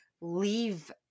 leave